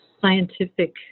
scientific